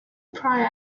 prior